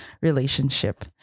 relationship